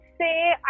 say